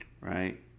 right